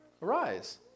Arise